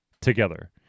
together